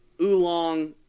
Oolong